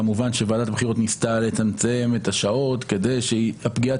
כמובן שוועדת הבחירות ניסתה לצמצם את השעות כדי שהפגיעה